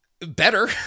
Better